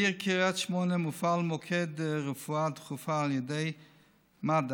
בעיר קריית שמונה מופעל מוקד רפואה דחופה על ידי מד"א.